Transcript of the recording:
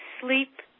sleep